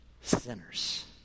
sinners